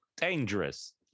dangerous